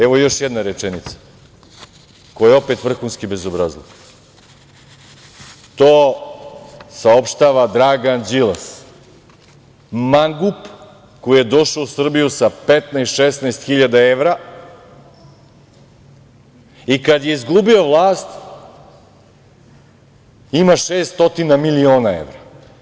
Evo, još jedne rečenice, koja je opet vrhunski bezobrazluk, to saopštava Dragan Đilas, mangup koji je došao u Srbiju sa 15, 16 hiljada evra i kad je izgubio vlast ima 600 miliona evra.